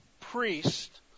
priest